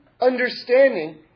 understanding